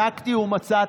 בדקתי ומצאתי: